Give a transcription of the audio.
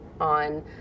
on